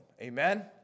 Amen